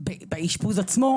הערכת מסוכנות,